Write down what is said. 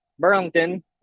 Burlington